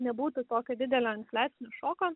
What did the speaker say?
nebūtų tokio didelio infliacinio šoko